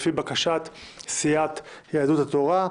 לפי בקשת סיעת יהדות התורה.